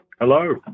Hello